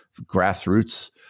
grassroots